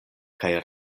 kaj